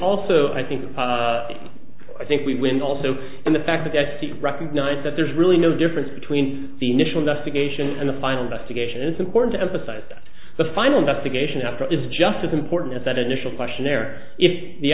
also i think i think we win also and the fact that the recognize that there's really no difference between the initial investigation and the final destination is important to emphasize that the final investigation after is just as important as that initial questionnaire if the